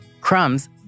Crumbs